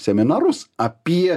seminarus apie